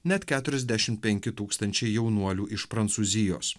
net keturiasdešimt penki tūkstančiai jaunuolių iš prancūzijos